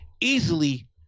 easily